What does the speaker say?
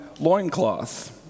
loincloth